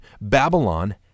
Babylon